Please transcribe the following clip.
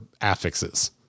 affixes